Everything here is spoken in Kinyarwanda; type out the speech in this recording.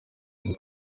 rwo